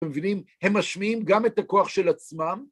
אתם מבינים? הם משמיעים גם את הכוח של עצמם.